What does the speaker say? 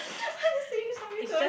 why you saying sorry to